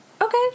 Okay